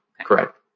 Correct